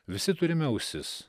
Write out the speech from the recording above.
visi turime ausis